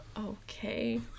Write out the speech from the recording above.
Okay